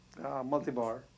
multibar